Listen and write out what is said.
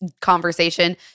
conversation